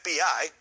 FBI